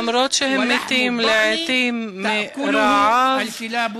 למרות שהם מתים לעתים מרעב.) מה הנמשל?